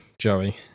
Joey